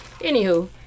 Anywho